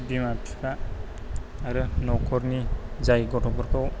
बिमा बिफा आरो नख'रनि जाय गथ'फोरखौ